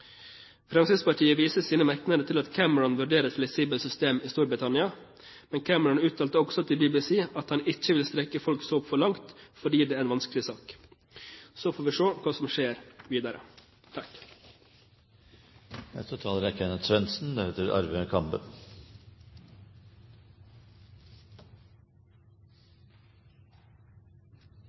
Fremskrittspartiet viser i sine merknader til at Cameron vurderer et fleksibelt system i Storbritannia, men Cameron uttalte også til BBC at han ikke vil strekke folks håp for langt fordi det er en vanskelig sak. Så får vi se hva som skjer videre.